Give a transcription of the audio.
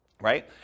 right